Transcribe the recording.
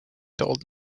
told